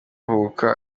uko